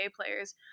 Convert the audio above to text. players